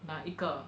拿一个